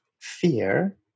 fear